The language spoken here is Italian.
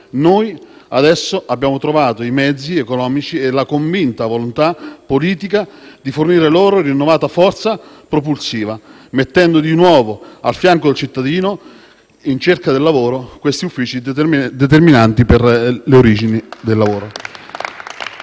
noi oggi abbiamo trovato i mezzi economici e la convinta volontà politica di fornire loro rinnovata forza propulsiva, mettendo di nuovo a fianco del cittadino in cerca di lavoro questi uffici determinanti per le origini del lavoro.